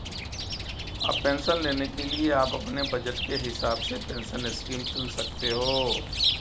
अब पेंशन लेने के लिए आप अपने बज़ट के हिसाब से पेंशन स्कीम चुन सकते हो